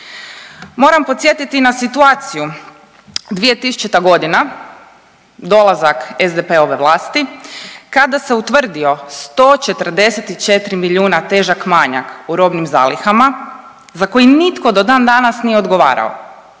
Moram podsjetiti i na situaciju 2000.g., dolazak SDP-ove vlasti kada se utvrdio 144 milijuna težak manjak u robnim zalihama za koji nitko do dan danas nije odgovarao